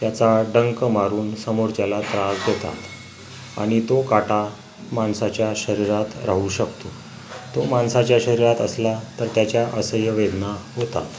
त्याचा डंख मारून समोरच्याला त्रास देतात आणि तो काटा माणसाच्या शरीरात राहू शकतो तो माणसाच्या शरीरात असला तर त्याच्या असह्य वेदना होतात